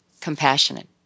compassionate